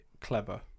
clever